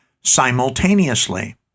simultaneously